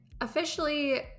officially